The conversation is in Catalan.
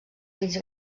fills